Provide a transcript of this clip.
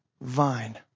vine